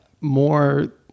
more